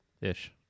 ish